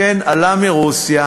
האיש הוא מהנדס, כן, עלה מרוסיה,